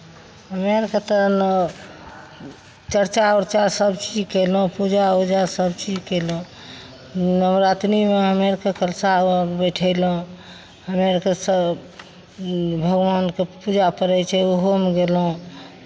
हमे अरके तऽ एन्नऽ चर्चा उर्चा सभचीज कयलहुँ पूजा उजा सभचीज कयलहुँ नवरात्रिमे हमे तऽ कलशा बैठयलहुँ हमे अरके सभ भगवानके पूजा करै छै ओहोमे गेलहुँ